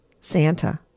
Santa